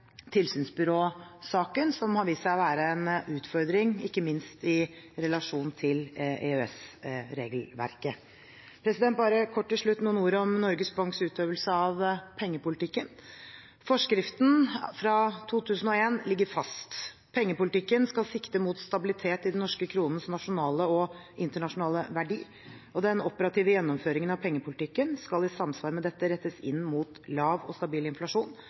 tilsynsbyråsaken, som har vist seg å være en utfordring ikke minst i relasjon til EØS-regelverket. Bare kort til slutt noen ord om Norges Banks utøvelse av pengepolitikken: Forskriften fra 2001 ligger fast. Pengepolitikken skal sikte mot stabilitet i den norske kronens nasjonale og internasjonale verdi, og den operative gjennomføringen av pengepolitikken skal i samsvar med dette rettes inn mot lav og stabil inflasjon